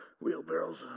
wheelbarrows